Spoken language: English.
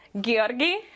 Georgi